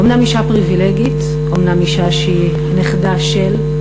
אומנם אישה פריבילגית, אומנם אישה שהיא הנכדה של,